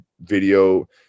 video